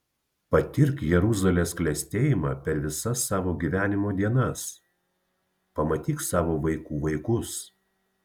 patirk jeruzalės klestėjimą per visas savo gyvenimo dienas pamatyk savo vaikų vaikus